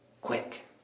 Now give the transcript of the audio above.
quick